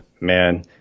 man